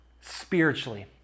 spiritually